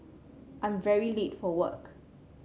I'm very late for work